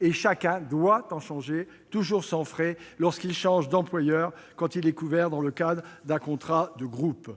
et chacun doit en changer, toujours sans frais, lorsqu'il change d'employeur, quand il est couvert dans le cadre d'un contrat de groupe.